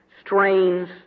strains